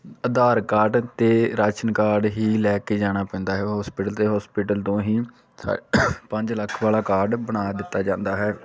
ਆਧਾਰ card ਅਤੇ ration card ਹੀ ਲੈ ਕੇ ਜਾਣਾ ਪੈਂਦਾ ਹੈ ਹੋਸਪੀਟਲ ਅਤੇ ਹੋਸਪੀਟਲ ਤੋਂ ਹੀ ਸਾ ਪੰਜ ਲੱਖ ਵਾਲਾ ਕਾਰਡ ਬਣਾ ਦਿੱਤਾ ਜਾਂਦਾ ਹੈ